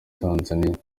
tanzaniya